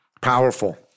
Powerful